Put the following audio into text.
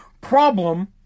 problem